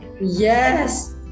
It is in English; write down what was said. yes